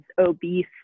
obese